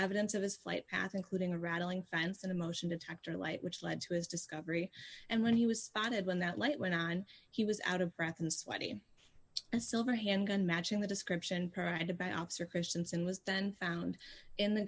evidence of his flight path including a rattling fence and a motion detector light which led to his discovery and when he was spotted when that light went on he was out of breath and sweaty and silver handgun matching the description prior and about officer christensen was then found in the